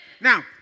Now